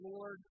Lord